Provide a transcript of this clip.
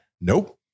Nope